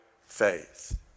faith